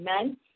Amen